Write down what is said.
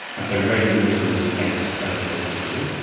and so rainwater was able to percolate through.